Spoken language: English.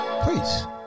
Please